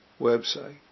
website